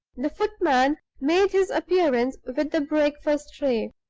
the footman made his appearance with the breakfast tray.